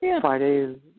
Friday